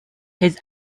his